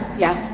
yeah,